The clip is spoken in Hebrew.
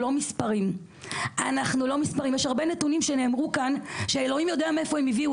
ולא מוכן ללכת לאלה שאין להם בית,